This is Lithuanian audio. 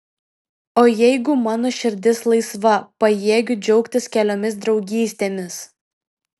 o jeigu mano širdis laisva pajėgiu džiaugtis keliomis draugystėmis